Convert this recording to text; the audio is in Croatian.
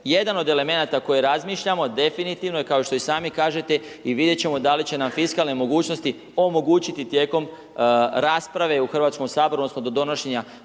Jedan od elemenata koje razmišljamo definitivno je, kao što i sami kažete i vidjet ćemo da li će nam fiskalne mogućnosti omogućiti tijekom rasprave u Hrvatskom saboru, odnosno do donošenja